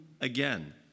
again